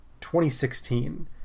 2016